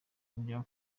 bya